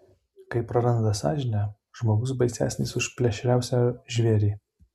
kai praranda sąžinę žmogus baisesnis už plėšriausią žvėrį